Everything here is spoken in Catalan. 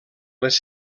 les